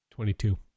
Twenty-two